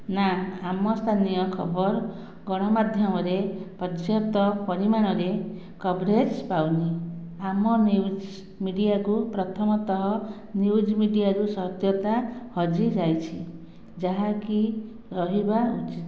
ନା ଆମ ସ୍ଥାନୀୟ ଖବର ଗଣମାଧ୍ୟମରେ ପର୍ଯ୍ୟାପ୍ତ ପରିମାଣରେ କଭରେଜ୍ ପାଉନାହିଁ ଆମ ନ୍ୟୁଜ୍ ମିଡ଼ିଆକୁ ପ୍ରଥମତଃ ନ୍ୟୁଜ୍ ମିଡ଼ିଆରୁ ସତ୍ୟତା ହଜି ଯାଇଛି ଯାହାକି ରହିବା ଉଚିତ୍